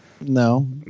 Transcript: No